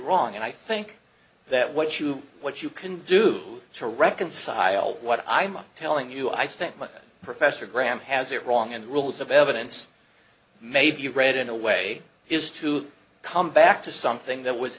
wrong and i think that what you what you can do to reconcile what i'm telling you i think my professor graham has it wrong and rules of evidence may be read in a way is to come back to something that was